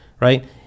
right